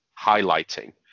highlighting